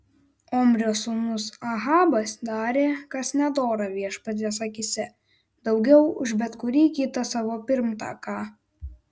omrio sūnus ahabas darė kas nedora viešpaties akyse daugiau už bet kurį kitą savo pirmtaką